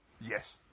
Yes